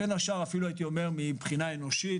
בין השאר מבחינה אנושית,